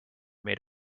made